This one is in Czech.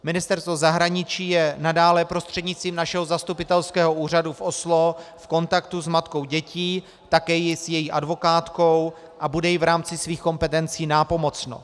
Ministerstvo zahraničí je nadále prostřednictvím našeho zastupitelského úřadu v Oslo v kontaktu s matkou dětí, také s její advokátkou a bude jí v rámci svých kompetencí nápomocno.